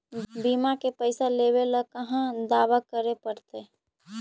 बिमा के पैसा लेबे ल कहा दावा करे पड़तै?